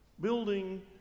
Building